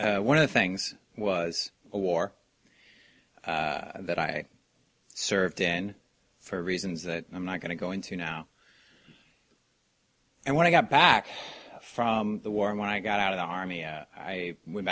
happened one of the things was a war that i served in for reasons that i'm not going to go into now and when i got back from the war and when i got out of the army i went